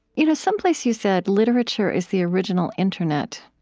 you know someplace you said, literature is the original internet.